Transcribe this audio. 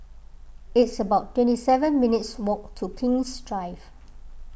it's about twenty seven minutes' walk to King's Drive